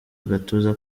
agatuza